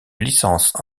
licence